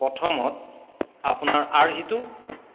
প্ৰথমত আপোনাৰ আৰ্হিটো